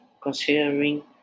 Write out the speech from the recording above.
considering